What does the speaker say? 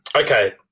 Okay